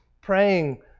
praying